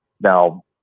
Now